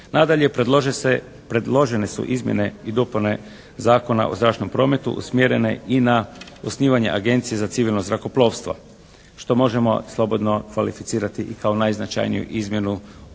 Nadalje, predložene su izmjene i dopune Zakona o zračnom prometu usmjerene i na osnivanje Agencije za civilno zrakoplovstvo, što možemo slobodno okvalificirati i kao najznačajniju izmjenu koju